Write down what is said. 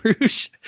Rouge